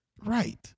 Right